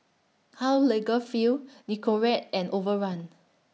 Karl Lagerfeld Nicorette and Overrun